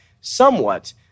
somewhat